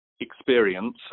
experience